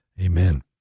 amen